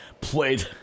played